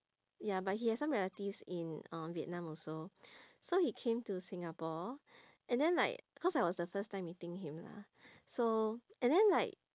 ya but he has some relatives in uh vietnam also so he came to singapore and then like because I was my first time meeting him lah so and then like